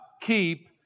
keep